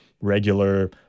regular